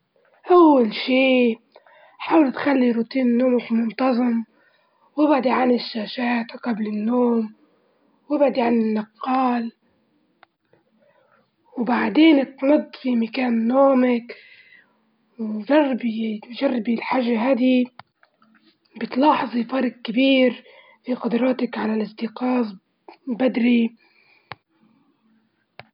أول شيء حاولي تخلي روتين نومك منتظم وابعدي عن الشاشات جبل النوم وابعدي عن النقال وبعدين تنضفي مكان نومك وجربي تجربي الحاجة هاذي بتلاحظي فرج كبير في قدراتك على الاستيقاظ بدري.